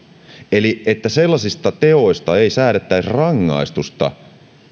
eli sellaisista teoista ei säädettäisi rangaistusta